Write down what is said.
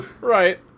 Right